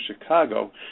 Chicago